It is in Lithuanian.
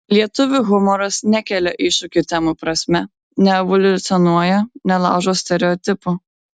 lietuvių humoras nekelia iššūkių temų prasme neevoliucionuoja nelaužo stereotipų